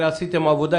הרי עשיתם עבודה,